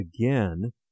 again